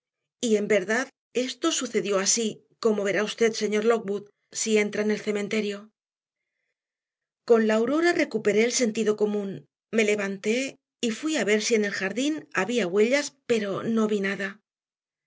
en verdad esto sucedió así como verá usted señor lockwood si entra en el cementerio con la aurora recuperé el sentido común me levanté y fui a ver si en el jardín había huellas pero no vi nada